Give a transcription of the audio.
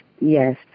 Yes